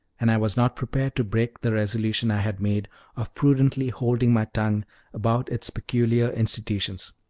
and i was not prepared to break the resolution i had made of prudently holding my tongue about its peculiar institutions.